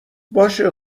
باشه